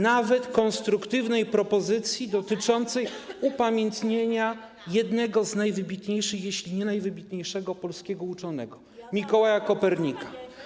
nawet konstruktywnej propozycji dotyczącej upamiętnienia jednego z najwybitniejszych, jeśli nie najwybitniejszego, polskiego uczonego - Mikołaja Kopernika.